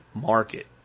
market